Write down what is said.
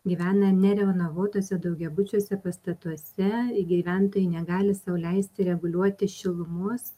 gyvena nerenovuotuose daugiabučiuose pastatuose gyventojai negali sau leisti reguliuoti šilumos